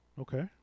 okay